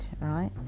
right